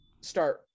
start